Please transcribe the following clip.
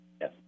Yes